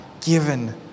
given